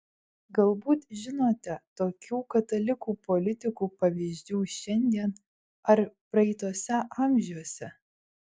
galbūt žinote tokių katalikų politikų pavyzdžių šiandien ar praeituose amžiuose